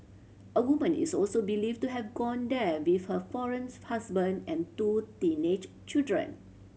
a woman is also believed to have gone there with her foreign husband and two teenage children